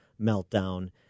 meltdown